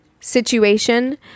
situation